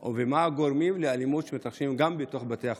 או מה הגורמים לאלימות שמתרחשת גם בתוך בתי החולים.